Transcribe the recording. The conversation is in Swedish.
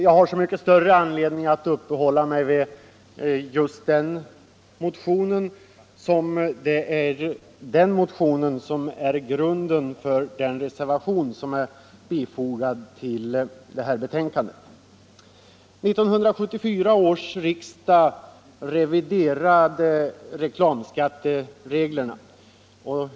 Jag har så mycket större anledning att uppehålla mig vid just den motionen som den är grunden för den reservation som är fogad till betänkandet. 1974 års riksdag reviderade reklamskattereglerna.